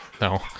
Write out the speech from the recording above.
No